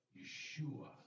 Yeshua